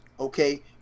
Okay